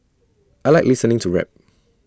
I Like listening to rap